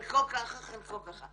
חלקו ככה, חלקו ככה.